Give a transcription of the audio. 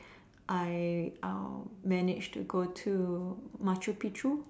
I managed to go to Machu-Picchu